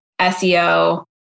SEO